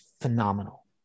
phenomenal